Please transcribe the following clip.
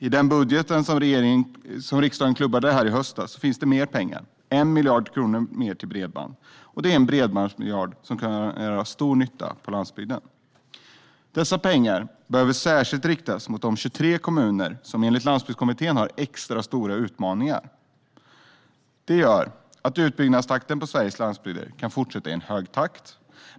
I den budget som riksdagen klubbade igenom i höstas finns det mer pengar: 1 miljard kronor mer till bredband. Det är en bredbandsmiljard som kan göra stor nytta på landsbygden. Dessa pengar behöver särskilt riktas mot de 23 kommuner som enligt Landsbygdskommittén har extra stora utmaningar. Detta gör att utbyggnaden på Sveriges landsbygder kan fortsätta i hög takt.